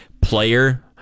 player